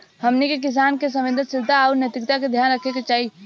हमनी के किसान के संवेदनशीलता आउर नैतिकता के ध्यान रखे के चाही